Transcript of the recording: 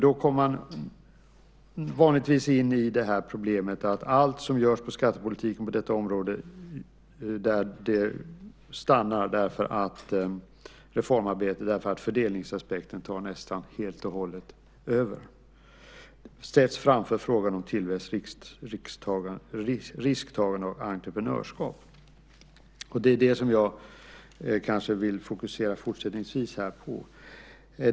Då kommer man vanligtvis in i problemet att allt reformarbete som görs i skattepolitiken på detta område stannar, eftersom fördelningsaspekten tar nästan helt och hållet över. Det ställs framför frågan om tillväxt, risktagande och entreprenörskap. Det är det som jag fortsättningsvis kanske vill fokusera på.